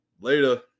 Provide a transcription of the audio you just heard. Later